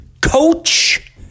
coach